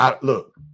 look